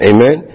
Amen